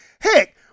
Heck